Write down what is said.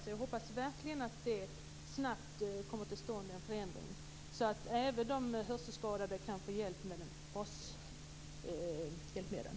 Jag hoppas verkligen att en förändring snabbt kommer till stånd så att även de hörselskadade kan få hjälp med bashjälpmedel.